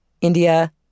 India